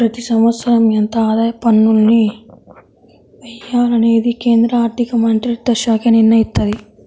ప్రతి సంవత్సరం ఎంత ఆదాయ పన్నుల్ని వెయ్యాలనేది కేంద్ర ఆర్ధికమంత్రిత్వశాఖే నిర్ణయిత్తది